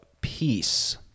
peace